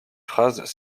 phrases